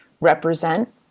represent